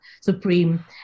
Supreme